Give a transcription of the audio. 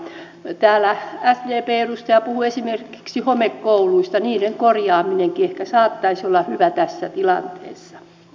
täällä sdpn edustaja puhui esimerkiksi homekouluista niiden korjaaminenkin ehkä saattaisi olla hyvä tässä tilanteessa